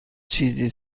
چیزی